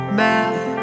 math